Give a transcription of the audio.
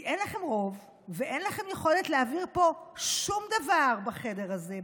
כי אין לכם רוב ואין לכם יכולת להעביר פה שום דבר בחדר הזה,